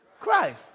Christ